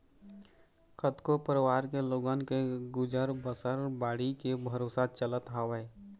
कतको परवार के लोगन के गुजर बसर बाड़ी के भरोसा चलत हवय